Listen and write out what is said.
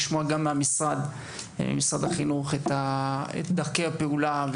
נשמע ממשרד החינוך על דרכי הפעולה,